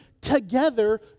together